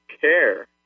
care